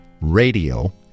radio